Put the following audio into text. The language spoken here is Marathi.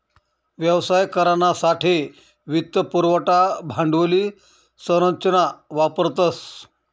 व्यवसाय करानासाठे वित्त पुरवठा भांडवली संरचना वापरतस